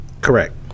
Correct